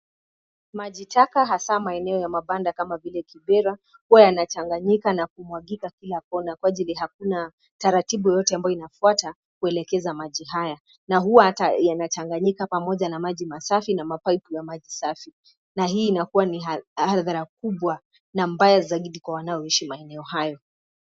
Maji taka hasa maeneo ya mabanda kama vile Kibera, huwa yanachanganyika na kumwagika kila kona, kwa ajili hakuna taratibu yoyote ambayo inafuata, kuelekeza maji haya. Na huwa hata yanachanganyika pamoja na maji masafi na mapaipu ya maji safi. Na hii inakuwa ni hadhara kubwa, na mbaya zaidi kwa wanaoishi maeneo hayo.